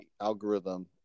algorithm